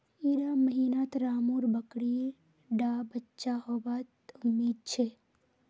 इड़ा महीनात रामु र बकरी डा बच्चा होबा त उम्मीद छे